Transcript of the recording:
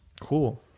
Cool